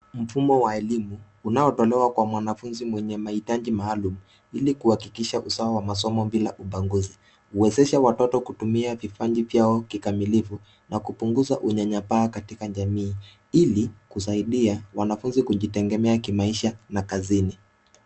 Mfumo wa elimu unaotolewa kwa mwanafuzi mwenye mahitaji maalum ili kuhakikisha usawa wa masomo bila ubaguzi. Huwezesha watoto kutumia vipaji vyao kikamilifu na kupunguza unyanyapaa katika jamii ili kusaidia wanafuzi kujitegemea kimaisha na kazini.